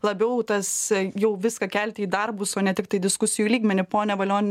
labiau tas jau viską kelti į darbus o ne tiktai diskusijų lygmenį pone valion